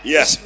Yes